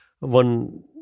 one